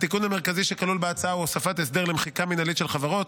1. התיקון המרכזי שכלול בהצעה הוא הוספת הסדר למחיקה מינהלית של חברות.